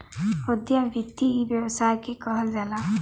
उद्यम वृत्ति इ व्यवसाय के कहल जाला